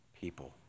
people